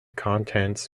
contents